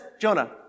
Jonah